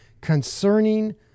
concerning